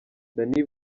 danny